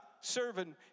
serving